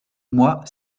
moi